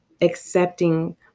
accepting